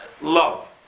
love